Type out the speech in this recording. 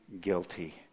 guilty